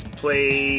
play